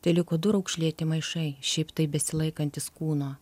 teliko du raukšlėti maišai šiaip tai besilaikantys kūno